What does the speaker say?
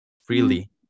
freely